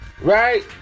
Right